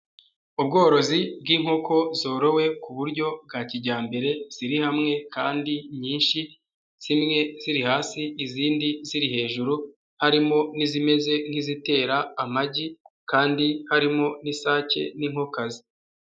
Ubworozi bw'inkoko zorowe ku buryo bwa kijyambere ziri hamwe kandi nyinshi, zimwe ziri hasi izindi ziri hejuru, harimo n'izimeze nk'izitera amagi kandi harimo n'isake n'inkoko kazi.